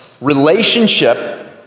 Relationship